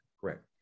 correct